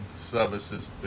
services